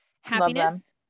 happiness